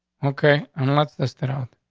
okay. and let's test it out.